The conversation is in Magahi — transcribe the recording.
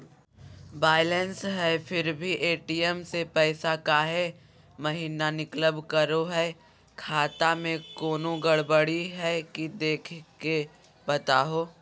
बायलेंस है फिर भी भी ए.टी.एम से पैसा काहे महिना निकलब करो है, खाता में कोनो गड़बड़ी है की देख के बताहों?